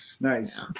Nice